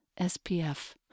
SPF